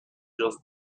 just